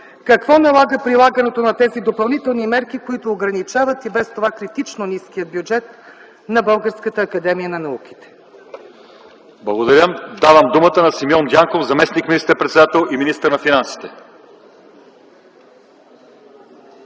Какво налага прилагането на тези допълнителни мерки, които ограничават и без това критично ниския бюджет на Българската академия на науките? ПРЕДСЕДАТЕЛ ЛЪЧЕЗАР ИВАНОВ : Благодаря. Давам думата на Симеон Дянков – заместник министър-председател и министър на финансите.